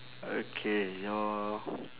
okay your